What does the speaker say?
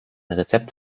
rezept